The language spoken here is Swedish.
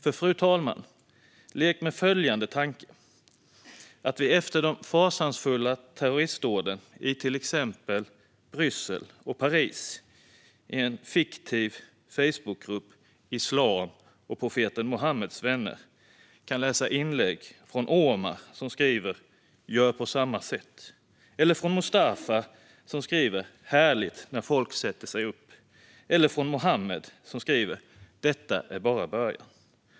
För lek med tanken, fru talman, att vi efter de fasansfulla terroristdåden i till exempel Bryssel och Paris hade kunnat läsa i en fiktiv Facebookgrupp vid namn Islam och profeten Muhammeds vänner att en Omar skrev "Gör på samma sätt! ", att en Mustafa skrev "Härligt när folk sätter sig upp" eller att en Muhammed skrev "Detta är bara början".